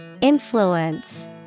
Influence